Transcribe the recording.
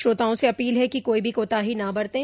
श्रोताओं से अपील है कि कोई भी कोताही न बरतें